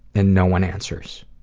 and no one answers.